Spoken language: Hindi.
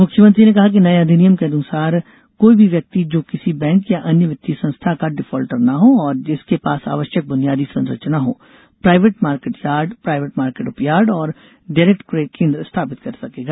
मुख्यमंत्री ने कहा कि नये अधिनियम के अनुसार कोई भी व्यक्ति जो किसी बैंक या अन्य वित्तीय संस्था का डिफाल्टर न हो और जिसके पास आवश्यक बुनियादी संरचना हो private market yard private market उपयार्ड और डायरेक्ट कय केन्द्र स्थापित कर सकेगा